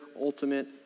ultimate